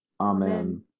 Amen